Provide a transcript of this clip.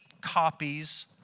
copies